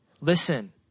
Listen